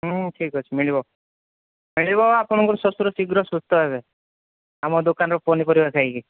ଠିକ୍ ଅଛି ମିଳିବ ମିଳିବ ଆପଣଙ୍କ ଶଶୁର ଶୀଘ୍ର ସୁସ୍ଥ ହେବେ ଆମ ଦୋକାନର ପନିପରିବା ଖାଇକି